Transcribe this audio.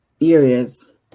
areas